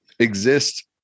exist